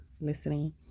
listening